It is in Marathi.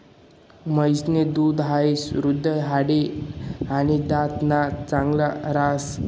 म्हैस न दूध हाई हृदय, हाडे, आणि दात ना साठे चांगल राहस